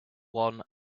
one